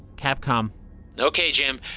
capcom okay, jim.